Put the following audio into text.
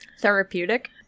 Therapeutic